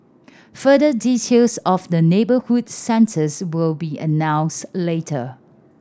further details of the neighbourhood centres will be announced later